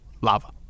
Lava